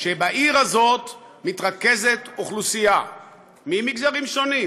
בעיר הזאת מתרכזת אוכלוסייה ממגזרים שונים: